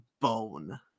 bone